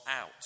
out